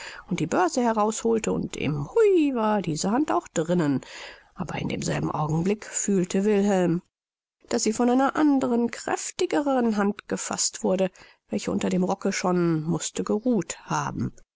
und die börse heraus holte und im hui war diese hand auch drinnen aber in demselben augenblick fühlte wilhelm daß sie von einer anderen kräftigeren hand gefaßt wurde welche unter dem rocke schon mußte geruht haben